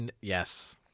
yes